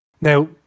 Now